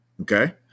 Okay